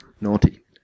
Naughty